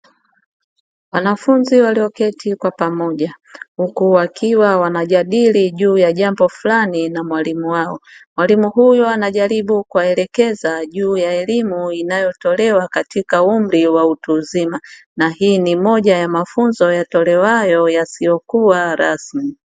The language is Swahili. Wanafunzi walioketi kwa pamoja huku wakiwa wanajadili juu ya jambo fulani na mwalimu wao, mwalimu huyo anajaribu kuwaelekeza juu ya elimu inayotolewa katika umri wa utu uzima na hii ni moja ya mafunzo yatolewayo yasiyokuwa rasmi.